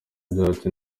byacu